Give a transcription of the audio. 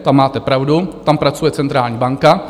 Tam, máte pravdu, pracuje centrální banka.